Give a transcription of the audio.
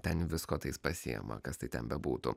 ten visko tai jis pasiima kas tai ten bebūtų